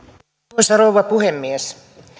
arvoisa rouva puhemies